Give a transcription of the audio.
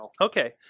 Okay